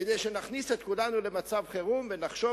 כדי שנכניס את כולנו למצב חירום ונחשוב